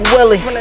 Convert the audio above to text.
Willie